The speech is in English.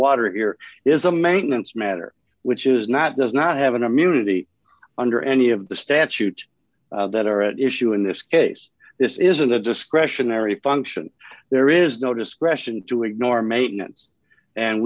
water air is a maintenance matter which is not does not have an immunity under any of the statute that are at issue in this case this isn't a discretionary function there is no discretion to ignore maintenance and